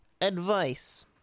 advice